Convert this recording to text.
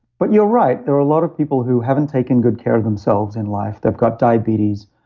but you're right, there were a lot of people who haven't taken good care of themselves in life, they've got diabetes,